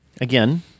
Again